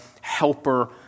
helper